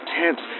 tense